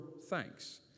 thanks